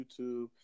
YouTube